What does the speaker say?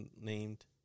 named